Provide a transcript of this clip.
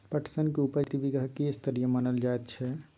पटसन के उपज दर प्रति बीघा की स्तरीय मानल जायत छै?